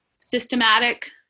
systematic